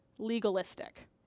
legalistic